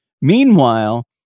Meanwhile